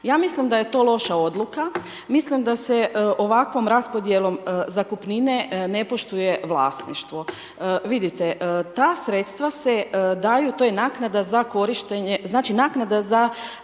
Ja mislim da je to loša odluka, mislim da se ovakvom raspodjelom zakupnine ne poštuje vlasništvo. Vidite, ta sredstva se daju, to je naknada za korištenje, znači naknada za,